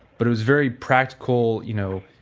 but it was very practical, you know,